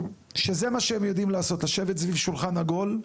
שזה מה שהם יודעים לעשות, לשבת סביב שולחן עגול.